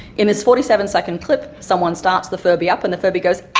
in this forty seven second clip someone starts the furby up and the furby goes,